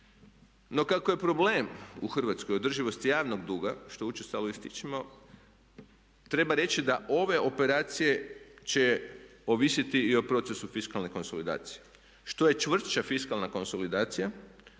No, kako je problem u Hrvatskoj održivost javnog duga što učestalo ističemo treba reći da ove operacije će ovisiti i o procesu fiskalne konsolidacije. Što je čvršća fiskalna konsolidacija